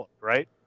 right